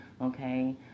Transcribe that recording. okay